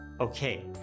Okay